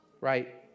right